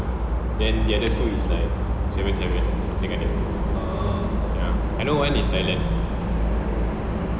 then the other two is like seven seven dekat jer I know one is thailand